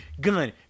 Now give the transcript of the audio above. gun